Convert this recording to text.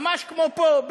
ממש כמו פה,